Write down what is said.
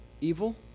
evil